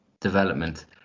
development